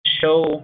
show